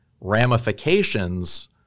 ramifications